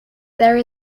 there